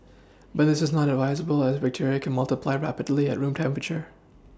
but this is not advisable as bacteria can multiply rapidly at room temperature